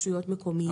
ברשויות מקומיות.